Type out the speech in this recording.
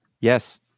yes